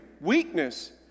weakness